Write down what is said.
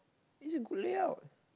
this a good layout